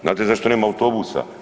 Znate zašto nema autobusa?